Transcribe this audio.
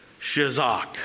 Shazak